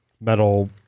metal